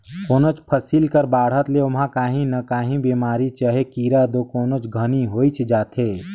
कोनोच फसिल कर बाढ़त ले ओमहा काही न काही बेमारी चहे कीरा दो कोनोच घनी होइच जाथे